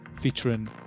featuring